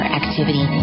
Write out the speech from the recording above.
activity